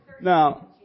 Now